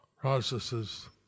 processes